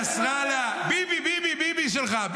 ביבי, ביבי, ביבי שלך.